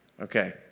Okay